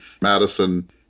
Madison